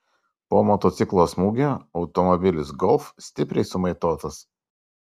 po motociklo smūgio automobilis golf stipriai sumaitotas